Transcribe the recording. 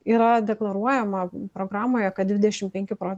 yra deklaruojama programoje kad dvidešim penki pro